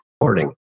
recording